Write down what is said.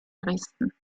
dresden